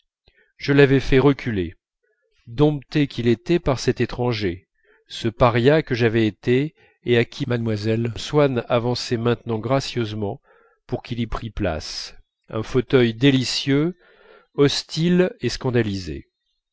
je l'avais fait reculer dompté qu'il était par cet étranger ce paria que j'avais été et à qui mlle swann avançait maintenant gracieusement pour qu'il y prît place un fauteuil délicieux hostile et scandalisé